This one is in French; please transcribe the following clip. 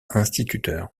instituteur